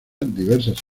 diversas